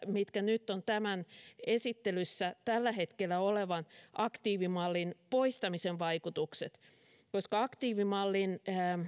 mitkä ovat tämän esittelyssä tällä hetkellä olevan aktiivimallin poistamisen vaikutukset aktiivimallin